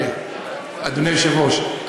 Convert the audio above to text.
אדוני היושב-ראש,